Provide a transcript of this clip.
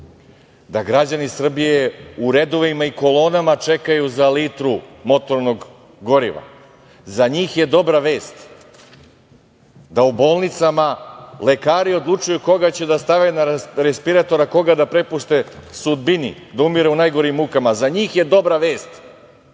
da građani Srbije u redovima i kolonama čekaju za litru motornog goriva. Za njih je dobra vest da u bolnicama lekari odlučuju koga će da stave na respirator, koga da prepuste sudbini da umire u najgorim mukama. Za njih je dobra vest